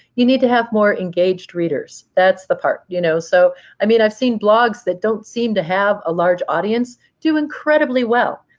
you need to have more engaged readers. that's the part. you know so i mean, i've seen blogs that don't seem to have a large audience do incredibly well.